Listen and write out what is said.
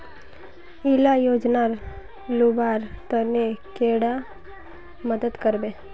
इला योजनार लुबार तने कैडा मदद करबे?